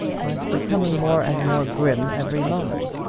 was becoming more and more grim every moment.